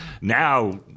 Now